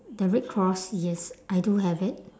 the red cross yes I do have it